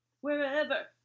Wherever